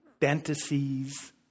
fantasies